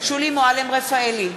שולי מועלם-רפאלי,